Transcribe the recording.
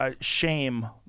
shame